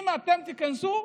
אם אתם תיכנסו,